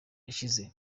yashize